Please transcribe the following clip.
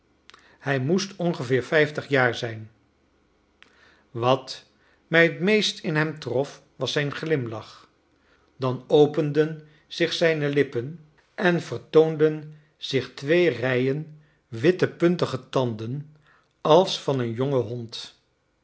hij moest ongeveer vijftig jaar zijn wat mij het meest in hem trof was zijn glimlach dan openden zich zijne lippen en vertoonden zich twee rijen witte puntige tanden als van een jongen hond